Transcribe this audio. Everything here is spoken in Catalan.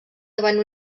davant